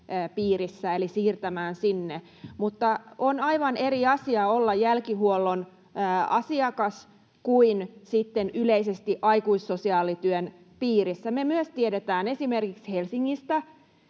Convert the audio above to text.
piirissä eli siirtämään sinne. Mutta on aivan eri asia olla jälkihuollon asiakas kuin sitten yleisesti aikuissosiaalityön piirissä. Me myös tiedetään esimerkiksi Helsingistä,